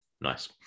Nice